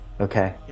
okay